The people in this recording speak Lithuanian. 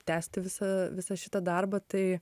tęsti visą visą šitą darbą tai